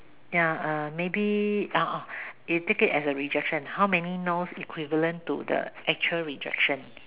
ya uh maybe ah ah you take it as a rejection how many no's equivalent to the actual rejection